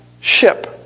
ship